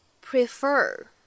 prefer